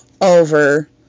over